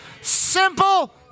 Simple